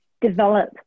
develop